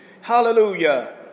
Hallelujah